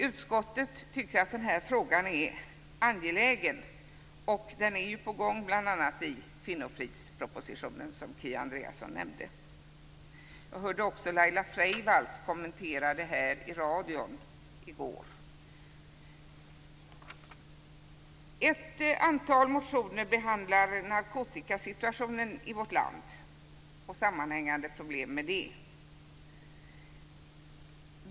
Utskottet tycker att den här frågan är angelägen, och den är på gång i bl.a. kvinnofridspropositionen, som Kia Andreassson nämnde. Jag hörde också att Laila Freivalds kommenterade detta i radion i går. I ett antal motioner behandlas narkotikasituationen i vårt land och problem som sammanhänger med den.